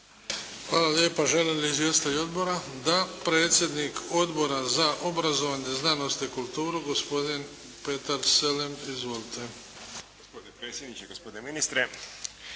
Hvala lijepa. Žele li izvjestitelji odbora? Da. Predsjednik Odbora za obrazovanje, znanost i kulturu, gospodin Petar Selem. Izvolite. **Selem, Petar (HDZ)** Gospodine predsjedniče, gospodine ministre.